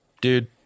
dude